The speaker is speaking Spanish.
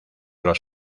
los